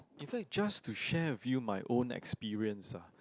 in fact just to share with you my own experience ah